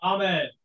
Amen